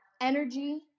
energy